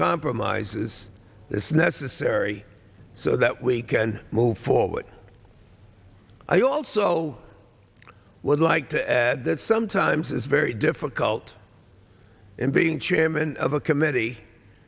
compromises that's necessary so that we can move forward i also would like to add that sometimes is very difficult in being chairman of a committee